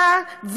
היא באה,